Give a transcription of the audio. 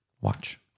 watch